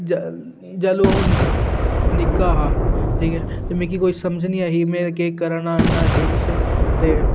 जै जैह्लूं अ'ऊं निक्का हा ठीक ऐ ते मिगी कोई समझ निं ऐ ही में केह् करा ना केह् किश ते